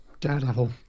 daredevil